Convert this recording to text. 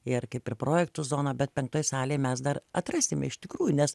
ir kaip ir projektų zona bet penktoj salėj mes dar atrasime iš tikrųjų nes